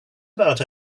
about